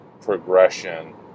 progression